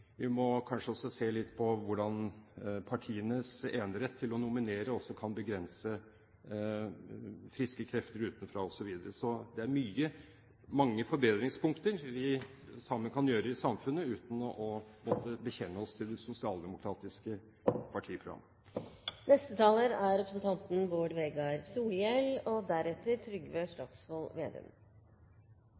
Vi må kanskje også se litt på hvordan partienes enerett til å nominere kan begrense friske krefter utenfra, osv. Det er mange forbedringspunkter vi sammen kan ha i samfunnet – uten å måtte bekjenne oss til det sosialdemokratiske